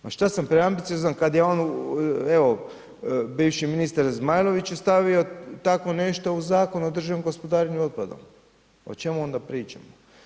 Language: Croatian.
Ma šta sam preambiciozan kad je on, evo bivši ministar Zmajlović je stavio tako nešto u Zakon o državnom gospodarenju otpadom, o čemu onda pričamo.